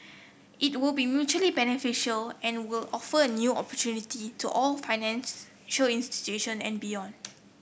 it will be mutually beneficial and will offer new opportunities to our financial institutions and beyond